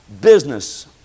business